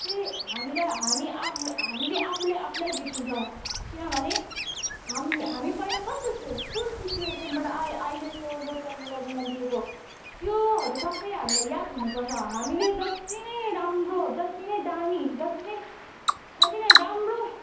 चाहिँ हामीलाई हामी हामीले आफूलाई बिर्सन्छौँ किनभने हामी पहिला कस्तो थियौँ कुन सिचुएसनबाट अहिलेको यो टेक्नोलेजिमा लिएको त्योहरू सबै हामीलाई याद हुनुपर्स हामीले जत्ति नै राम्रो जत्ति नै दामी जति नै जति नै राम्रो